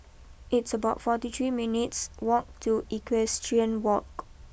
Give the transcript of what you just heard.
it's about forty three minutes walk to Equestrian walk